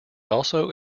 also